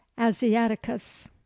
asiaticus